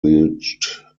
reached